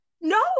no